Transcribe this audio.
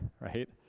right